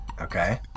Okay